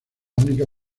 única